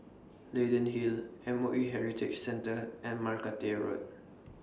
Leyden Hill M O E Heritage Centre and Margate Road